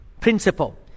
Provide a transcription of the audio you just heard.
principle